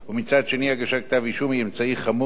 הגשת כתב-אישום היא אמצעי חמור מדי בנסיבות המקרים.